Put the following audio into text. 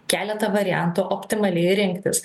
keletą variantų optimaliai rinktis